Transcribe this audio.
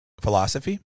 philosophy